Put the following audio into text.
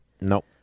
Nope